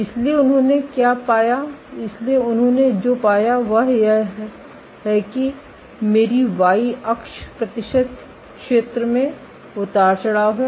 इसलिए उन्होंने क्या पाया इसलिए उन्होंने जो पाया वह यह है कि मेरी वाई अक्ष प्रतिशत क्षेत्र में उतार चढ़ाव है